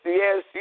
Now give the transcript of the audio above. yes